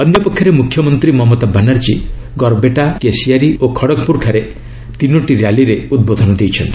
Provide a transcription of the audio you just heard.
ଅନ୍ୟପକ୍ଷରେ ମୁଖ୍ୟମନ୍ତ୍ରୀ ମମତା ବାନାର୍ଜୀ ଗର୍ବେଟା କେଶିୟାରୀ ଓ ଖଡଗପୁର ଠାରେ ତିନୋଟି ର୍ୟାଲିରେ ଉଦ୍ବୋଧନ ଦେଇଛନ୍ତି